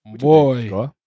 Boy